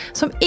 som